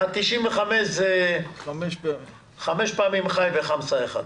ה-95 זה חמש פעמים ח"י וח'מסה אחד,